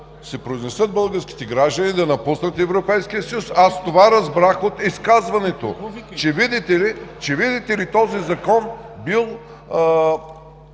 се произнесат българските граждани да напуснат Европейския съюз. Аз това разбрах от изказването – видите ли, този Закон бил